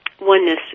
oneness